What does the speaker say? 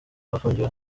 bafungiwe